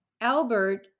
Albert